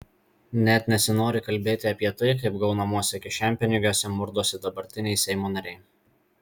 net nesinori kalbėti apie tai kaip gaunamuose kišenpinigiuose murdosi dabartiniai seimo nariai